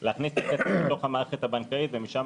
להחזיר את הכסף לתוך המערכת הבנקאית ושמשם